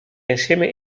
insieme